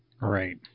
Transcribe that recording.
right